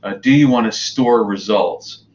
ah do you want to store results?